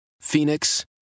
Phoenix